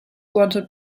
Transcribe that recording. wanted